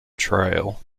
trial